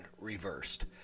reversed